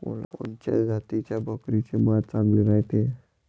कोनच्या जातीच्या बकरीचे मांस चांगले रायते?